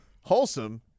wholesome